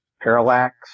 parallax